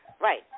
Right